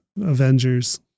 Avengers